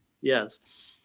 Yes